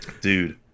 Dude